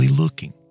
looking